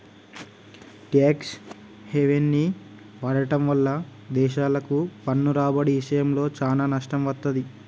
tax హెవెన్ని వాడటం వల్ల దేశాలకు పన్ను రాబడి ఇషయంలో చానా నష్టం వత్తది